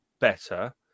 better